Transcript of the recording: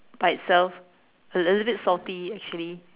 by itself a little bit salty actually